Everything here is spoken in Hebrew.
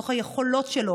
מתוך היכולות שלו.